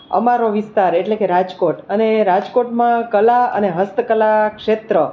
અમારો વિસ્તાર એટલે કે રાજકોટ અને રાજકોટમાં કલા અને હસ્તકલા ક્ષેત્ર